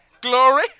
Glory